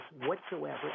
whatsoever